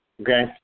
okay